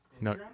No